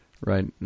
right